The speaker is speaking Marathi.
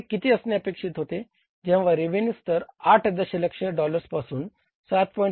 ते किती असणे अपेक्षित होते जेव्हा रेव्हेन्यू स्तर 8 दशलक्ष डॉलर्स पासून 7